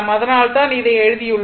அதனால்தான் இதை எழுதியுள்ளோம்